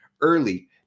early